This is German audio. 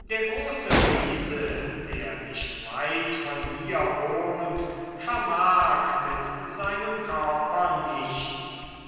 der große riese der nicht weit von hier wohnt vermag mit seinem körper nichts